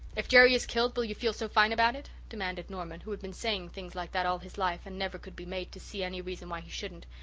if jerry is killed will you feel so fine about it? demanded norman, who had been saying things like that all his life and never could be made to see any reason why he shouldn't.